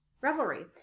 Revelry